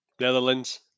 Netherlands